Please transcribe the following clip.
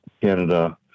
Canada